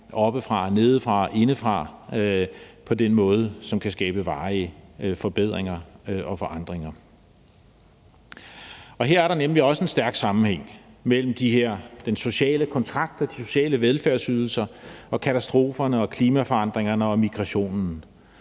oppefra, nedefra, indefra på den måde, som kan skabe varige forbedringer og forandringer? Her er der nemlig også en stærk sammenhæng mellem de her sociale kontrakter og de sociale velfærdsydelser og katastroferne og klimaforandringerne og migrationen.